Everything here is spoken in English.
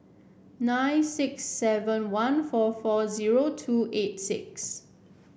nine six seven one four four zero two eight six